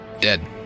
dead